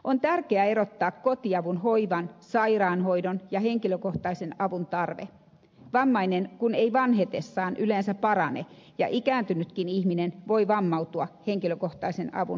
on tärkeää erottaa kotiavun hoivan sairaanhoidon ja henkilökohtaisen avun tarve vammainen kun ei vanhetessaan yleensä parane ja ikääntynytkin ihminen voi vammautua henkilökohtaisen avun tarvitsijaksi